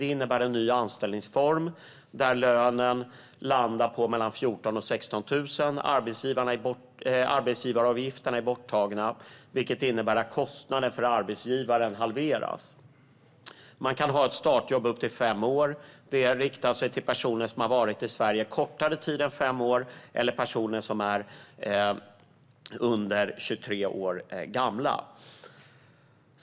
Det innebär en ny anställningsform där lönen landar på 14 000-16 000 kronor. Arbetsgivaravgifterna är borttagna, vilket innebär att kostnaden för arbetsgivaren halveras. Man kan ha ett startjobb i upp till fem år. De riktar sig till personer som har varit i Sverige kortare tid än fem år eller personer som är under 23 år gamla.